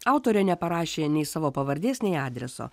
autorė neparašė nei savo pavardės nei adreso